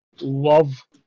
love